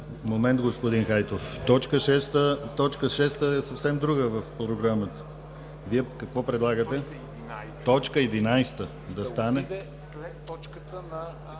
Момент, господин Хайтов. Точка 6 е съвсем друга в програмата. Вие какво предлагате? ЯВОР ХАЙТОВ: Точка 11 да отиде след точката на